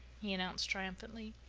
he announced triumphantly.